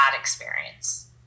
experience